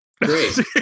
great